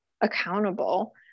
accountable